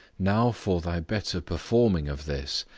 now for thy better performing of this,